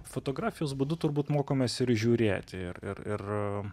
fotografijos būdu turbūt mokomasi ir žiūrėti ir ir